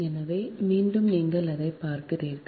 எனவே மீண்டும் நீங்கள் அதைப் பார்க்கிறீர்கள்